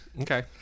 Okay